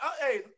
hey